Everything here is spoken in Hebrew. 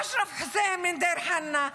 אשרף חוסין מדיר חנא,